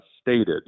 stated